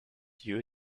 you